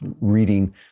reading